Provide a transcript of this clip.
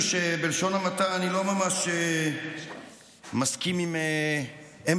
שבלשון המעטה אני לא ממש מסכים עם עמדותיו,